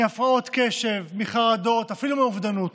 מהפרעות קשב, מחרדות, ואפילו מאובדנות.